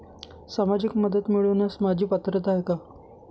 सामाजिक मदत मिळवण्यास माझी पात्रता आहे का?